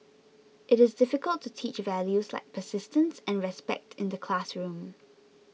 it is difficult to teach values like persistence and respect in the classroom